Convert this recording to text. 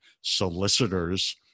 solicitors